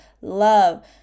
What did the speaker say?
love